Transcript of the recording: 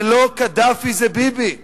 זה לא קדאפי, זה ביבי.